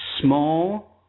small